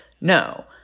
No